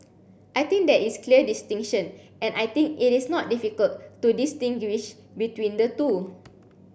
I think there is clear distinction and I think it is not difficult to distinguish between the two